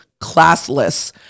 classless